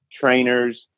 trainers